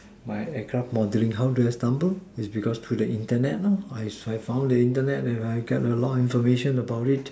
my extra modeling how do I stubble is because through the Internet lor I found the Internet then I get a lot information about it